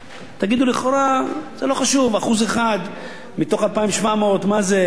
זה לא חשוב, 1% אחד מתוך 2,700, מה זה, 27 שקל?